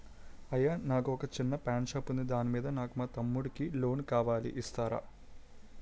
అయ్యా నాకు వొక చిన్న పాన్ షాప్ ఉంది దాని మీద నాకు మా తమ్ముడి కి లోన్ కావాలి ఇస్తారా?